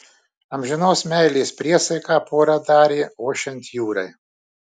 amžinos meilės priesaiką pora tarė ošiant jūrai